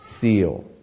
seal